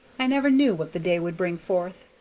i never knew what the day would bring forth,